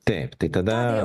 taip tai tada